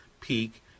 peak